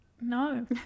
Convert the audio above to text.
No